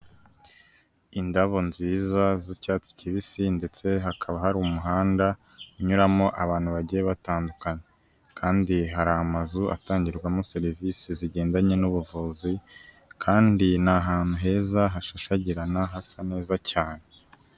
Indabo nziza z'icyatsi kibisi ndetse hakaba hari umuhanda unyuramo abantu bagiye batandukanye kandi hari amazu atangirwamo serivisi zigendanye n'ubuvuzi kandi ni ahantu heza hashashagirana hasa neza cyane.